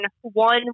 one